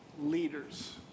leaders